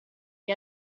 gli